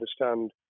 understand